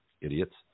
Idiots